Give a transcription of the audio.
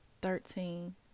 Thirteen